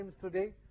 today